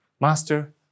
Master